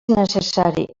necessari